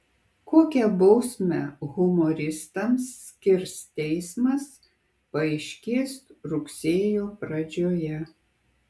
kokią bausmę humoristams skirs teismas paaiškės rugsėjo pradžioje